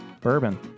bourbon